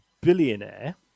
billionaire